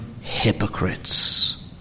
hypocrites